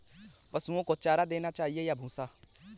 पशुओं को चारा देना चाहिए या भूसा?